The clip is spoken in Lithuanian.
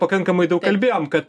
pakankamai daug kalbėjom kad